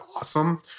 awesome